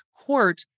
court